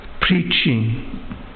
preaching